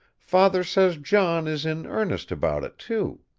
father says john is in earnest about it too.